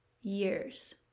years